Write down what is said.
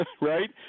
Right